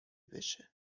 بشه